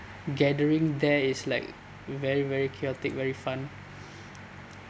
gathering there is like very very chaotic very fun